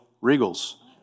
Regal's